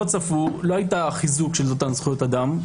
לא הייתה חיזוק של אותן זכויות אדם,